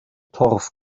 torf